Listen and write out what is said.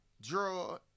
draw